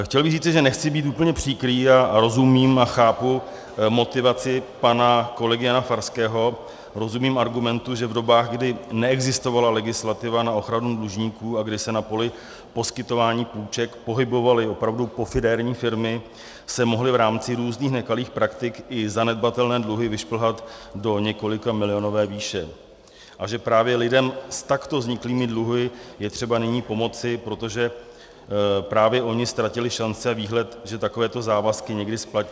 Chtěl bych říci, že nechci být úplně příkrý a rozumím a chápu motivaci pana kolegy Jana Farského, rozumím argumentu, že v dobách, kdy neexistovala legislativa na ochranu dlužníků a kdy se na poli poskytování půjček pohybovaly opravdu pofidérní firmy, se mohly v rámci různých nekalých praktik i zanedbatelné dluhy vyšplhat do několikamilionové výše a že právě lidem s takto vzniklými dluhy je třeba nyní pomoci, protože právě oni ztratili šance a výhled, že takovéto závazky někdy splatí.